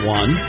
one